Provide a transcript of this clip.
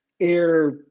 air